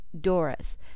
Doris